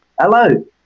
Hello